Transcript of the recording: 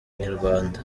inyarwanda